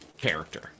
character